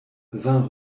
vingt